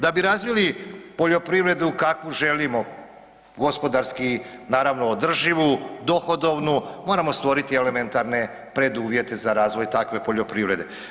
Da bi razvili poljoprivredu kakvu želimo gospodarski naravno održivu, dohodovnu moramo stvoriti elementarne preduvjete za razvoj takve poljoprivrede.